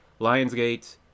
Lionsgate